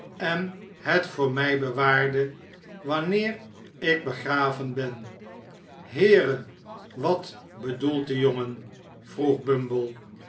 en het voor mij bewaarde wanneer ik begraven ben heere wat bedoelt de jongen vroeg